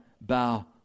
bow